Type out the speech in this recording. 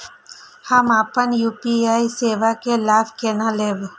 हम अपन यू.पी.आई सेवा के लाभ केना लैब?